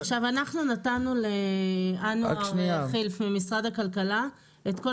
עכשיו אנחנו נתנו לאנואר חילף ממשרד הכלכלה את כל